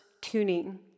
tuning